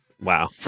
Wow